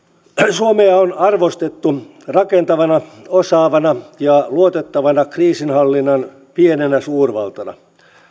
suomea on arvostettu rakentavana osaavana ja luotettavana kriisinhallinnan pienenä suurvaltana